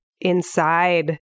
inside